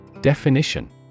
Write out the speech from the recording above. Definition